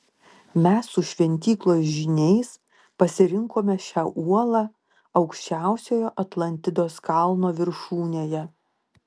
mes su šventyklos žyniais pasirinkome šią uolą aukščiausiojo atlantidos kalno viršūnėje